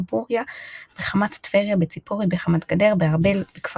ובעיקר מתקופת התלמוד.